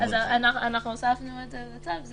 אנחנו הוספנו את זה לצו.